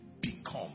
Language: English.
become